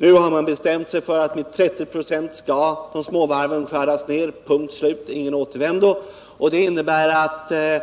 Nu har regeringen bestämt sig för att småvarven skall skäras ned med 30 96. Punkt och slut! Här finns ingen återvändo. Om man